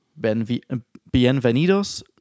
Bienvenidos